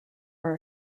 are